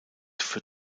für